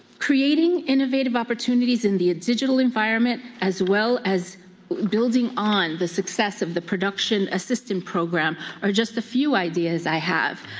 creating innovative opportunities in the digital environment as well as building on the success of the production assistant program are just a few ideas i have.